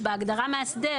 ב-(ט) בהגדרה "מאסדר",